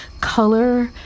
color